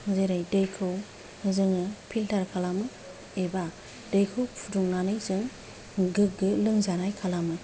जेरै दैखौ जोङो फिल्टार खालामो एबा दैखौ फुदुंनानै जों गोगो लोंजानाय खालामो